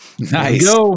Nice